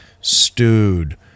stewed